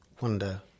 wonder